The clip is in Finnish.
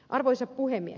arvoisa puhemies